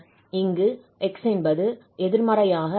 இங்கு x என்பது எதிர்மறையாக இருக்கும்போது 0 ஆக இருக்கும்